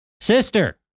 sister